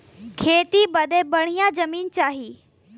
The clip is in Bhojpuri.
खेती बदे बढ़िया जमीन चाही